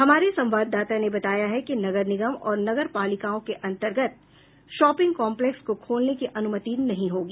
हमारे संवाददाता ने बताया है कि नगर निगम और नगर पालिकाओं के अंतर्गत शॉपिंग कॉम्प्लेकस को खोलने की अनुमति नहीं होगी